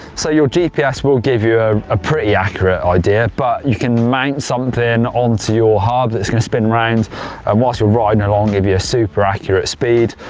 so your gps will give you a a pretty accurate idea but you can mount something on to your hub that's going to spin round and whilst you're riding along it'll give you a super accurate speed.